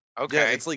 Okay